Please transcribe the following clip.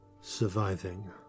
surviving